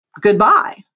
Goodbye